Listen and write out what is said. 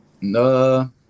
No